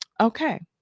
Okay